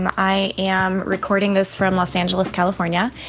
and i am recording this from los angeles, calif. um yeah